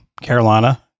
Carolina